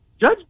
Judge